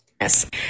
yes